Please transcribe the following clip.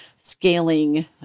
scaling